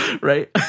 Right